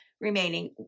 remaining